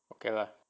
okay lah